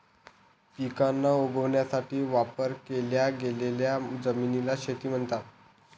पिकांना उगवण्यासाठी वापर केल्या गेलेल्या जमिनीला शेती म्हणतात